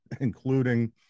including